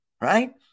Right